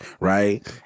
right